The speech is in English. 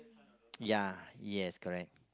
ya yes correct